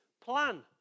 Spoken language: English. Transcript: plan